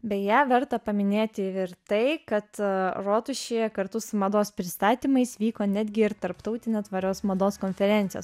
beje verta paminėti ir tai kad rotušėje kartu su mados pristatymais vyko netgi ir tarptautinio tvarios mados konferencijos